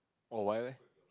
oh why leh